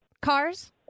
cars